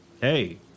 Hey